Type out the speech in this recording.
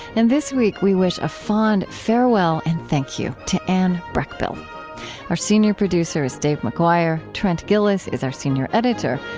and this week we wish a fond farewell and thank you to anne breckbill our senior producer is david mcguire. trent gilliss is our senior editor.